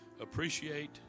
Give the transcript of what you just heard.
appreciate